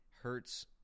hurts